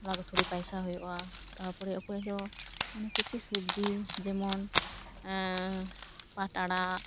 ᱚᱲᱟᱜ ᱛᱷᱩᱲᱤ ᱯᱟᱭᱥᱟ ᱦᱩᱭᱩᱜᱼᱟ ᱛᱟᱯᱚᱨᱮ ᱚᱠᱚᱭ ᱫᱚ ᱢᱟᱱᱮ ᱠᱤᱪᱷᱩ ᱥᱚᱵᱡᱤ ᱡᱮᱢᱚᱱ ᱯᱟᱴ ᱟᱲᱟᱜ